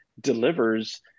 delivers